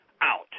out